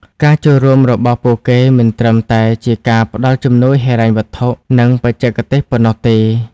ការចូលរួមរបស់ពួកគេមិនត្រឹមតែជាការផ្តល់ជំនួយហិរញ្ញវត្ថុ និងបច្ចេកទេសប៉ុណ្ណោះទេ។